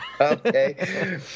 Okay